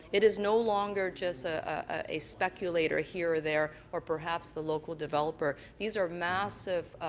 it is no longer just ah a speculator here or there, or perhaps the local developer. these are massive